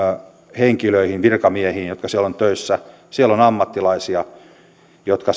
henkilöihin virkamiehiin jotka siellä ovat töissä siellä on ammattilaisia jotka